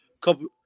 couple